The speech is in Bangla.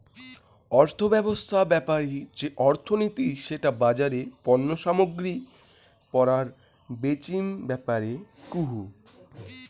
অর্থব্যবছস্থা বেপারি যে অর্থনীতি সেটা বাজারে পণ্য সামগ্রী পরায় বেচিম ব্যাপারে কুহ